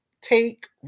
take